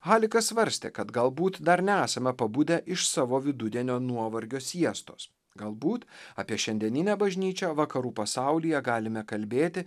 halikas svarstė kad galbūt dar nesame pabudę iš savo vidudienio nuovargio siestos galbūt apie šiandieninę bažnyčią vakarų pasaulyje galime kalbėti